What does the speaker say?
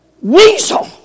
weasel